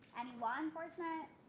any law enforcement?